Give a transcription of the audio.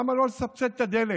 למה לא לסבסד את הדלק,